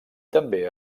també